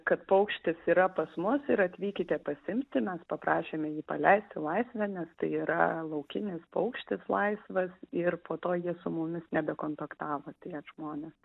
kad paukštis yra pas mus ir atvykite pasiimti mes paprašėme jį paleisti laisvėn nes tai yra laukinis paukštis laisvas ir po to jie su mumis nebekontaktavo tie žmonės